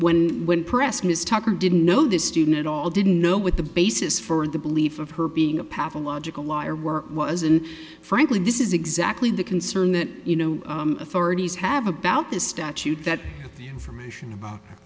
when when pressed ms tucker didn't know this student at all didn't know what the basis for the belief of her being a pathological liar work was and frankly this is exactly the concern that you know authorities have about this statute that information